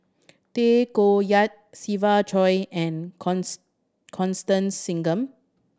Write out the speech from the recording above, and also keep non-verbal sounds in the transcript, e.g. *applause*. Tay Koh Yat Siva Choy and *unintelligible* Constance Singam